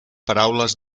paraules